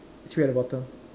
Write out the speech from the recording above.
three at the bottom